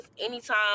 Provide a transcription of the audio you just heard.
anytime